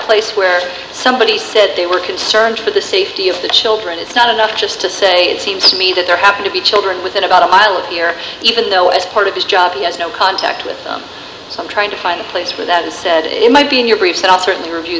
place where somebody said they were concerned for the safety of the children it's not enough just to say it seems to me that there have to be children within about a mile of here even though as part of his job he has no contact with them trying to find a place for that and said it might be in your briefs and i'll certainly review